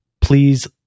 please